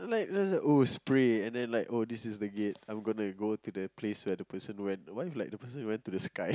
like there oh spray and then like oh this is the gate I'm gonna go to the place where the person went why like the person went to the sky